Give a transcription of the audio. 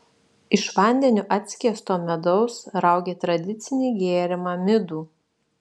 iš vandeniu atskiesto medaus raugė tradicinį gėrimą midų